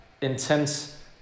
intense